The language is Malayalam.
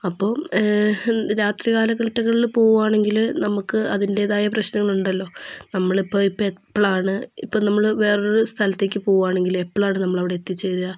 അപ്പം രാത്രി കാലഘട്ടങ്ങളിൽ പോവുകയാണെങ്കിൽ നമുക്ക് അതിൻ്റേതായ പ്രശ്നങ്ങൾ ഉണ്ടല്ലോ നമ്മളിപ്പോൾ ഇപ്പോൾ എപ്പോഴാണ് ഇപ്പം നമ്മൾ വേറൊരു സ്ഥലത്തേക്ക് പോവുകയാണെങ്കിൽ എപ്പോഴാണ് നമ്മളവിടെ എത്തിച്ചേരുക